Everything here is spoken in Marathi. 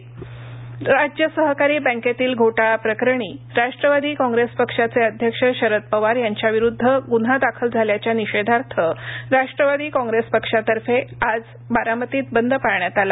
पवार राज्य सहकारी बँकेतील घोटाळा प्रकरणी राष्ट्रवादी काँप्रेस पक्षाचे अध्यक्ष शरद पवार यांच्याविरुद्ध गुन्हा दाखल झाल्याच्या निषेधार्थ राष्ट्रवादी काँग्रेस पक्षातर्फे आज बारामतीत बंद पाळण्यात आला